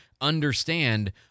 understand